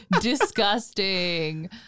disgusting